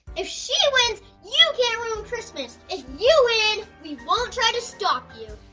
if she wins, you can't ruin christmas. if you win, we won't try to stop you.